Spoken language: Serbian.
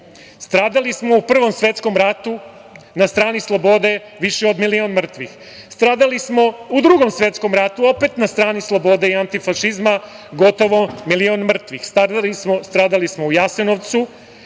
genocida. Stradali smo u Prvom svetskom ratu na strani slobode, više od milion mrtvih. Stradali smo u Drugom svetskom ratu opet na strani slobode i antifašizma, gotovo milion mrtvih. Stradali smo u Jasenovcu,